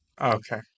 Okay